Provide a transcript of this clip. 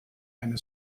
eine